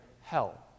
hell